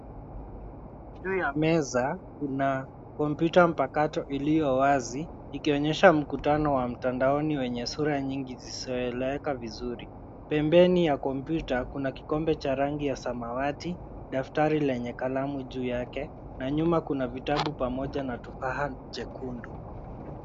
Juu ya meza kuna kompyuta mpakato iliyowazi ikonyesha mkutano wa mtandaoni wenye sura nyingi zisizoeleweka vizuri. Pembeni ya kompyuta kuna kikombe cha rangi ya samawati, daftari lenye kalamu juu yake na nyuma kuna vitabu pamoja na tufaha jekundu.